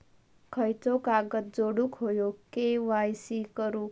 खयचो कागद जोडुक होयो के.वाय.सी करूक?